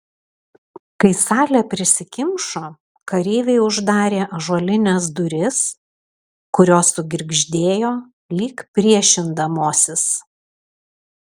kai salė prisikimšo kareiviai uždarė ąžuolines duris kurios sugirgždėjo lyg priešindamosis